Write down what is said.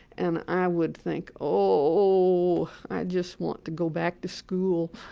and i would think, oh, i just want to go back to school